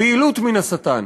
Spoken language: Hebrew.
הבהילות מן השטן.